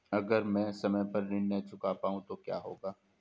अगर म ैं समय पर ऋण न चुका पाउँ तो क्या होगा?